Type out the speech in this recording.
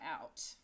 out